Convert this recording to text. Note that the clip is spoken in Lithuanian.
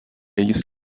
jis